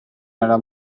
era